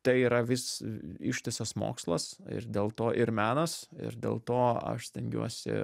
tai yra vis ištisas mokslas ir dėl to ir menas ir dėl to aš stengiuosi